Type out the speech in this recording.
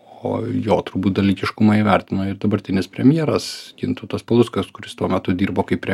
o jo turbūt dalykiškumą įvertino ir dabartinis premjeras gintautas paluckas kuris tuo metu dirbo kaip prem